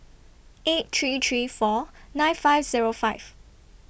eight three three four nine five Zero five